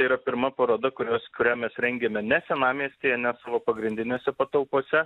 tai yra pirma paroda kurios kurią mes rengiame ne senamiestyje ne savo pagrindinėse patalpose